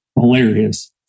hilarious